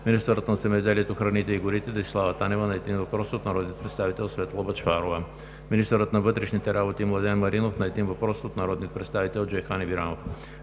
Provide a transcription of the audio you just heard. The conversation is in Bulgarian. министърът на земеделието, храните и горите Десислава Танева – на един въпрос от народния представител Светла Бъчварова; - министърът на вътрешните работи Младен Маринов на един въпрос от народния представител Джейхан Ибрямов;